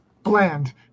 Bland